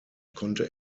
konnte